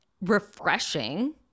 refreshing